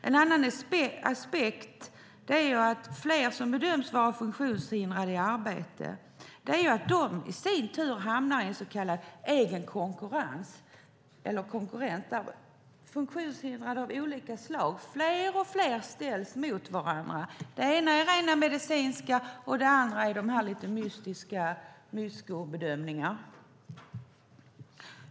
En annan aspekt är att fler som bedöms vara funktionshindrade i arbetet i sin tur hamnar i så kallad egen konkurrens, där fler och fler funktionshindrade av olika slag ställs mot varandra. Det ena slaget är de rent medicinska bedömningarna. Det andra är de här lite mystiska, mysko bedömningarna.